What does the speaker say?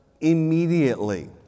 immediately